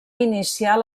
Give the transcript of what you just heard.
iniciar